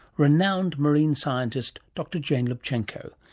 renowned marine scientist dr jane lubchenco.